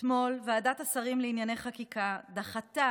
אתמול ועדת השרים לענייני חקיקה דחתה